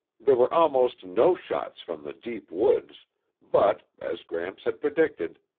there were almost no shots from the deep woods but, as gramps had predicted,